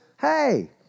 hey